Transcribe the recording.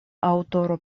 aŭtoro